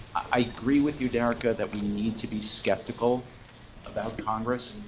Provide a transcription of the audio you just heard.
i agree with you, derecka, that we need to be skeptical about congress.